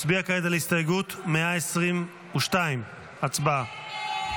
נצביע כעת על הסתייגות 122. הצבעה.